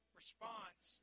response